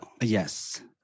Yes